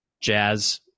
Jazz